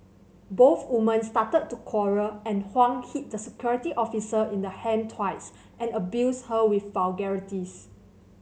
both women started to quarrel and Huang hit the security officer in the hand twice and abused her with vulgarities